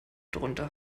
drunter